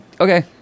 okay